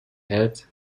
head